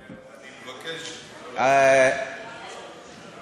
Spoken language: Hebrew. אני מבקש לא להגיד דברים כאלה.